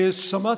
החינוך.